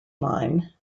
line